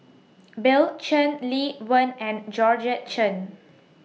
Bill Chen Lee Wen and Georgette Chen